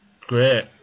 great